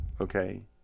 okay